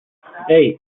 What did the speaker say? hey